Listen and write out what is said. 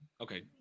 okay